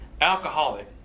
alcoholic